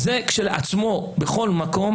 זה כשלעצמו בכל מקום